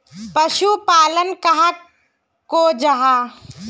पशुपालन कहाक को जाहा?